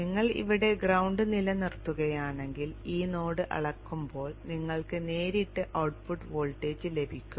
നിങ്ങൾ ഇവിടെ ഗ്രൌണ്ട് നിലനിർത്തുകയാണെങ്കിൽ ഈ നോഡ് അളക്കുമ്പോൾ നിങ്ങൾക്ക് നേരിട്ട് ഔട്ട്പുട്ട് വോൾട്ടേജ് ലഭിക്കും